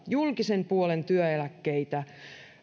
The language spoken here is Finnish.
julkisen puolen työeläkkeitä